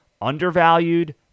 undervalued